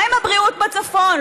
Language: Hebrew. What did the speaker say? מה עם הבריאות בצפון?